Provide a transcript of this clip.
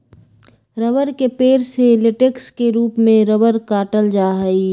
रबड़ के पेड़ से लेटेक्स के रूप में रबड़ काटल जा हई